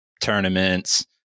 tournaments